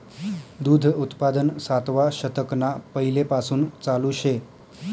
दूध उत्पादन सातवा शतकना पैलेपासून चालू शे